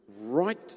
right